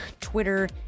Twitter